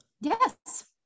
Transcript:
Yes